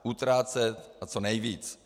Utrácet co nejvíc.